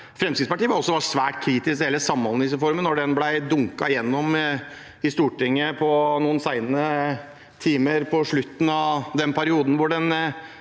Fremskrittspartiet var også svært kritisk til hele samhandlingsreformen da den ble dunket gjennom i Stortinget i noen sene timer på slutten av en periode. Vi hadde